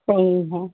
सही है